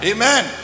Amen